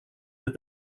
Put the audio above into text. that